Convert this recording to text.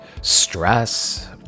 stress